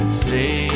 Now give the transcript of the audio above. say